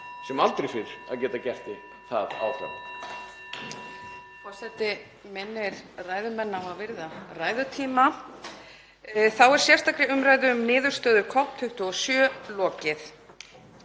sem aldrei fyrr að geta gert það.